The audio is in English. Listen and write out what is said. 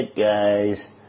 guys